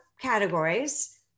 categories